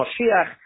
Moshiach